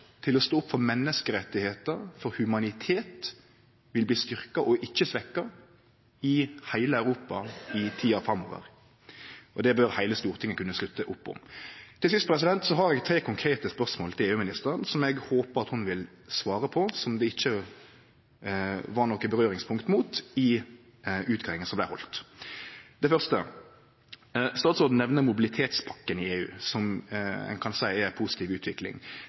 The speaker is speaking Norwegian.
til å stå opp for menneskerettar og humanitet, vil bli styrkt og ikkje svekt i heile Europa i tida framover. Det bør heile Stortinget kunne slutte opp om. Til sist har eg tre konkrete spørsmål til EU-ministeren som eg håper ho vil svare på, og som det ikkje var noko berøringspunkt mot i utgreiinga som vart halde. Det første er: Statsråden nemnde mobilitetspakken i EU som ein kan seie er ei positiv utvikling.